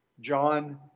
John